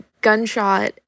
gunshot